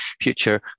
future